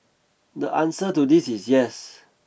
the answer to this is yes